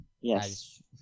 Yes